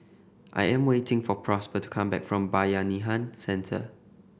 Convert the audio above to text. I am waiting for Prosper to come back from Bayanihan Centre